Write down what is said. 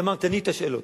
אמרתי שאני אתשאל אותו.